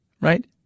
Right